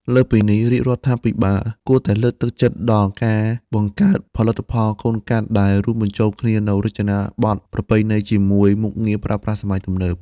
លើសពីនេះ រាជរដ្ឋាភិបាលគួរតែលើកទឹកចិត្តដល់ការបង្កើតផលិតផលកូនកាត់ ដែលរួមបញ្ចូលគ្នានូវរចនាបថប្រពៃណីជាមួយមុខងារប្រើប្រាស់សម័យទំនើប។